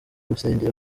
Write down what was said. rusengero